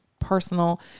personal